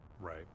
right